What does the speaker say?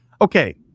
Okay